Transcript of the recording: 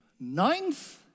ninth